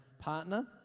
partner